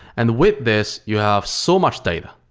and with this, you have so much data,